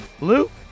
Luke